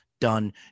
done